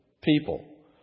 people